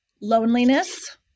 loneliness